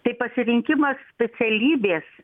tai pasirinkimas specialybės